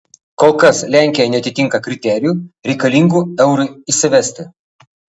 kol kas lenkija neatitinka kriterijų reikalingų eurui įsivesti